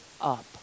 up